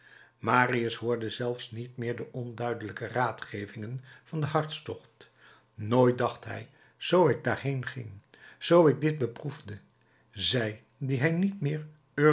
marius hoorde zelfs niet meer de onduidelijke raadgevingen van den hartstocht nooit dacht hij zoo ik daar heen ging zoo ik dit beproefde zij die hij niet meer